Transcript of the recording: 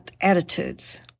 attitudes